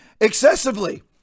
excessively